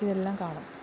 ഇതെല്ലാം കാണും